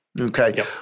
Okay